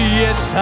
yes